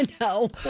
No